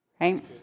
Right